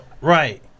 Right